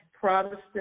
Protestant